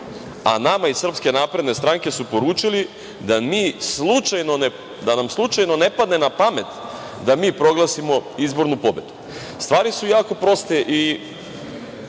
a nama iz SNS su poručili da nam slučajno ne padne na pamet da mi proglasimo izbornu pobedu. Stvari su jako proste i